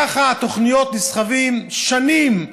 ככה התוכניות נסחבות שנים.